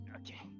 Okay